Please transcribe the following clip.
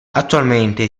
attualmente